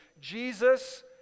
Jesus